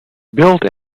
built